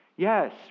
Yes